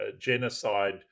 genocide